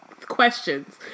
questions